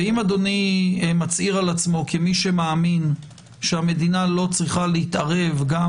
ואם אדוני מצהיר על עצמו כמי שמאמין שהמדינה לא צריכה להתערב גם